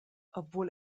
obwohl